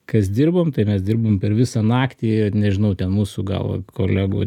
kas dirbom tai mes dirbom per visą naktį nežinau ten mūsų gal kolegų